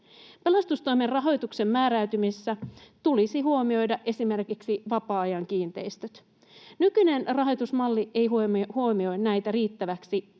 Pelastustoimen rahoituksen määräytymisessä tulisi huomioida esimerkiksi vapaa-ajan kiinteistöt. Nykyinen rahoitusmalli ei huomioi näitä riittävästi,